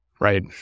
right